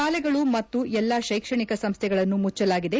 ಶಾಲೆಗಳು ಮತ್ತು ಎಲ್ಲಾ ಶೈಕ್ಷಣಿಕ ಸಂಸೈಗಳನ್ನು ಮುಚ್ಚಲಾಗಿದೆ